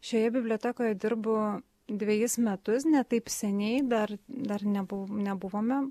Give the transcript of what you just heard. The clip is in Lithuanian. šioje bibliotekoje dirbu dvejus metus ne taip seniai dar dar nebu nebuvome